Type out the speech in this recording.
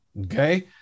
Okay